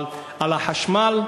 אבל על החשמל,